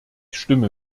stimme